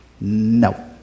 No